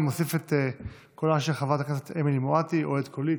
אני מוסיף את קולה של חברת הכנסת אמילי מואטי או את קולי,